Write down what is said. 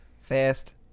fast